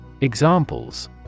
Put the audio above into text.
Examples